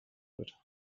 wird